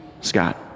Scott